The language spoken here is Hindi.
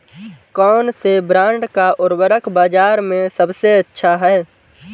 कौनसे ब्रांड का उर्वरक बाज़ार में सबसे अच्छा हैं?